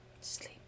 Sleep